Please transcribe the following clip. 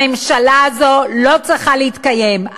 הממשלה הזאת לא צריכה להתקיים,